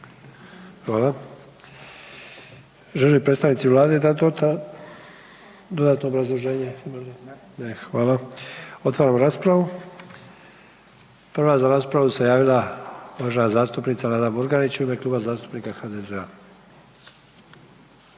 Hvala. Žele li predstavnici Vlade dat dodatno obrazloženje? Ne, hvala. Otvaram raspravu. Prva za raspravu se javila uvažena zastupnica Nada Murganić u ime Kluba zastupnika HDZ-a.